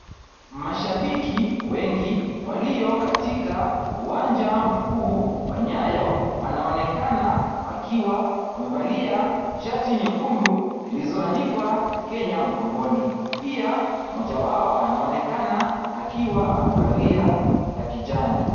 Mashabiki wengi walio katika uwanja mkuu wa Nyayo, wanaonekana wakiwa wamevalia shati nyekundu zilizoandikwa Kenya mgongoni. Pia mmoja wao anaonekana akiwa amevalia ya kijani.